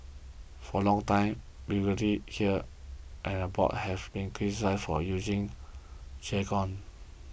for a long time here and abroad have been criticised for using jargon